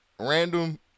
Random